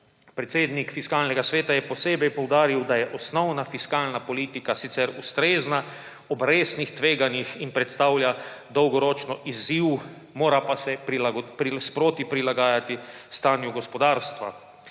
Predsednik Fiskalnega sveta je posebej poudaril, da je osnovna fiskalna politika sicer ustrezna ob resnih tveganjih in predstavlja dolgoročno izziv, mora pa se sproti prilagajati stanju gospodarstva.